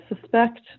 suspect